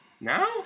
No